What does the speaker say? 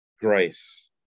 grace